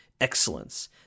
excellence